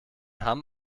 hamm